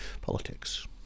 politics